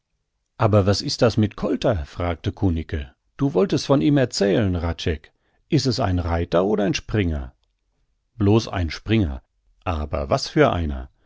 aber was is das mit kolter fragte kunicke du wolltest von ihm erzählen hradscheck is es ein reiter oder ein springer blos ein springer aber was für einer